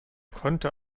konnte